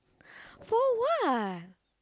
for what